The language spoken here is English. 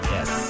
Yes